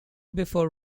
before